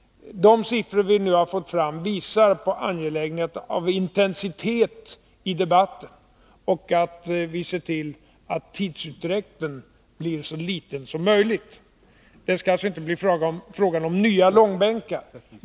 De siffror vi nu har fått fram visar på angelägenheten av att det blir intensitet i debatten och att vi ser till att tidsutdräkten blir så liten som möjligt. Det skall alltså inte bli fråga om nya långbänkar.